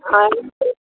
आणि